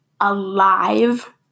alive